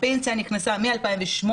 הפנסיה נכנסה מ-2008,